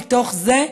מתוך זה,